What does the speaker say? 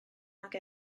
nag